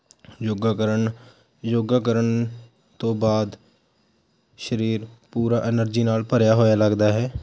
ਯੋਗਾ ਕਰਨ ਯੋਗਾ ਕਰਨ ਤੋਂ ਬਾਅਦ ਸਰੀਰ ਪੂਰਾ ਐਨਰਜੀ ਨਾਲ ਭਰਿਆ ਹੋਇਆ ਲੱਗਦਾ ਹੈ